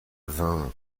vin